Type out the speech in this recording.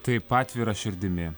taip atvira širdimi